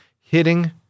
hitting